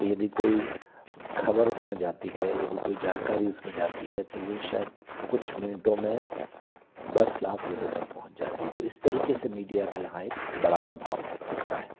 तो यदि कोई ख़बर उसमें जाती है यदि कोई जानकारी उसमें जाती है तो वो शायद कुछ मिनटों में दस लाख लोगों तक पहुँच जाती है तो इस तरीके से मीडिया का यहाँ एक बड़ा प्रभाव दिखता है